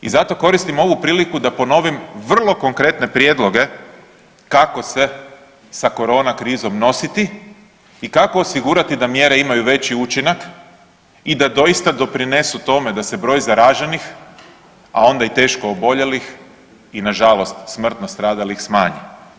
I zato koristim ovu priliku da ponovim vrlo konkretne prijedloge kako se sa korona krizom nositi i kako osigurati da mjere imaju veći učinak i da doista doprinesu tome da se broj zaraženih, a onda i teško oboljelih i nažalost smrtno stradalih smanji.